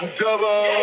double